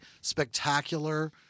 spectacular